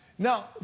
Now